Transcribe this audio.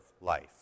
life